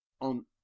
on